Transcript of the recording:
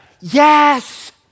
Yes